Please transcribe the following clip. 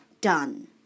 done